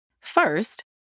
First